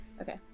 Okay